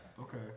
okay